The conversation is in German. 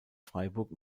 freiburg